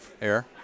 air